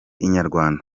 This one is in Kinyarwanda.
inyarwanda